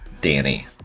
Danny